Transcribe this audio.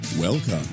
Welcome